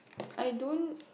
I don't